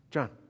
John